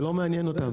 זה לא מעניין אותם.